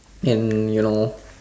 and you know